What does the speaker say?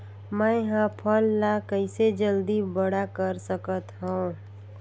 मैं ह फल ला कइसे जल्दी बड़ा कर सकत हव?